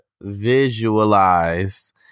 visualize